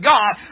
God